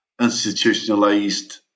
institutionalized